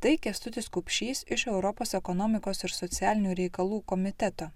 tai kęstutis kupšys iš europos ekonomikos ir socialinių reikalų komiteto